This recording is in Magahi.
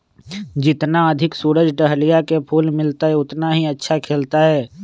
जितना अधिक सूरज डाहलिया के फूल मिलतय, उतना ही अच्छा खिलतय